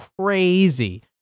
crazy